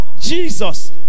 Jesus